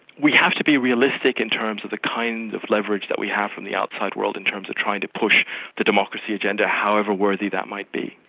we have to be realistic in terms of the kind of leverage we have from the outside world in terms of trying to push the democracy agenda however worthy that might be.